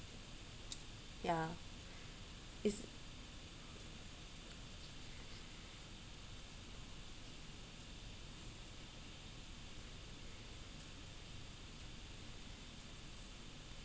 ya is